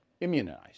immunized